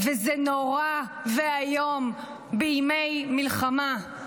וזה נורא ואיום בימי מלחמה.